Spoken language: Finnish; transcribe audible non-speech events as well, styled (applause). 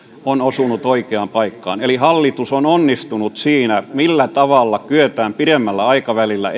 on osunut oikeaan paikkaan eli hallitus on onnistunut siinä millä tavalla kyetään pidemmällä aikavälillä (unintelligible)